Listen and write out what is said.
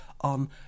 on